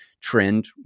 trend